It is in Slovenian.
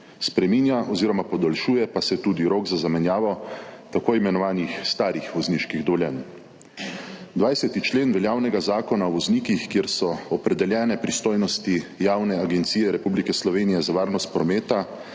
Spreminja oziroma podaljšuje pa se tudi rok za zamenjavo tako imenovanih starih vozniških dovoljenj. 20. člen veljavnega Zakona o voznikih, kjer so opredeljene pristojnosti Javne agencije Republike Slovenije za varnost prometa,